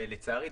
לצערי,